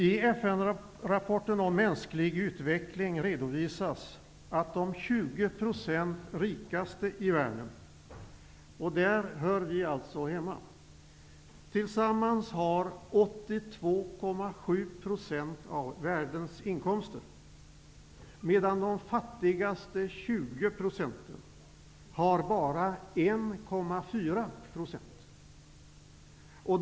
I FN:rapporten om mänsklig utveckling redovisas att de rikaste 20 % i världen, och där hör vi alltså hemma, tillsammans har 82,7 % av världens inkomster medan de fattigaste 20 % bara har 1,4 % av inkomsterna.